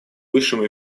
высшим